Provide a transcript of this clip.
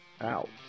out